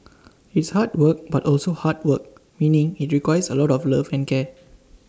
it's hard work but also heart work meaning IT requires A lot of love and care